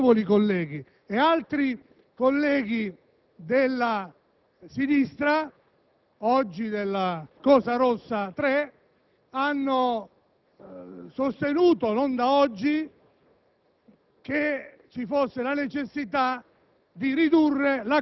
la senatrice Finocchiaro, ma anche altri illustri ed autorevoli colleghi. E altri colleghi della sinistra - oggi della "Cosa rossa 3" - hanno sostenuto, non da oggi,